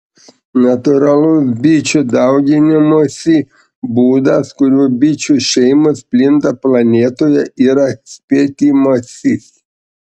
natūralus bičių dauginimosi būdas kuriuo bičių šeimos plinta planetoje yra spietimasis